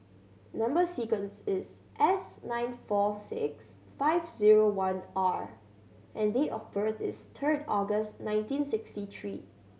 number sequence is S nine four six five zero one R and date of birth is third August nineteen sixty three